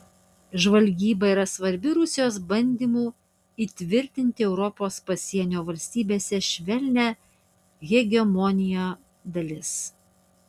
žvalgyba yra svarbi rusijos bandymų įtvirtinti europos pasienio valstybėse švelnią hegemoniją dalis